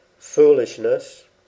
Foolishness